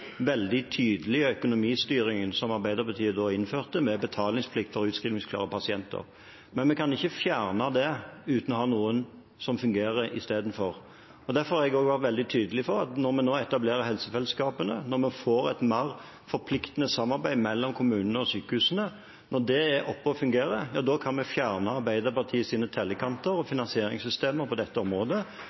økonomistyringen som Arbeiderpartiet da innførte, med betalingsplikt for utskrivningsklare pasienter. Men vi kan ikke fjerne det uten å ha noe som fungerer istedenfor det. Derfor har jeg vært veldig tydelig på at når vi nå etablerer helsefellesskapene, når vi får et mer forpliktende samarbeid mellom kommunene og sykehusene, når det er oppe og fungerer, ja, da kan vi fjerne Arbeiderpartiets tellekanter og finansieringssystemer på dette området,